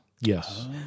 Yes